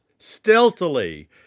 stealthily